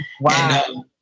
Wow